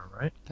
right